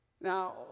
Now